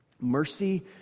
mercy